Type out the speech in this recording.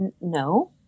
No